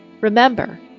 Remember